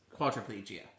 quadriplegia